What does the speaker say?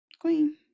queen